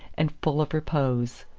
and full of repose.